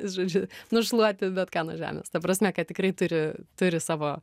žodžiu nušluoti bet ką nuo žemės ta prasme kad tikrai turi turi savo